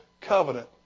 covenant